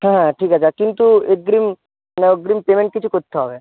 হ্যাঁ হ্যাঁ ঠিক আছে কিন্তু এগ্রিম মানে অগ্রিম পেমেন্ট কিছু কোত্তে হবে